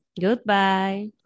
Goodbye